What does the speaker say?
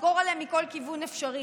ונסגור עליהם מכל כיוון אפשרי.